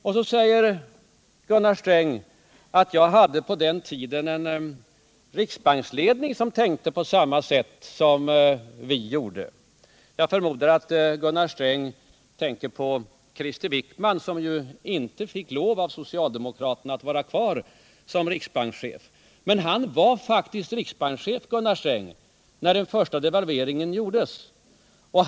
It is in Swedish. Sedan säger Gunnar Sträng att han på sin tid hade en riksbanksledning som tänkte som han och regeringen gjorde. Jag förmodar att Gunnar Sträng tänker på Krister Wickman, som ju inte fick lov av socialdemokraterna att vara kvar längre som riksbankschef. Han var faktiskt riksbankschef när den första devalveringen under vår tid gjordes.